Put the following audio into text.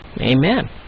Amen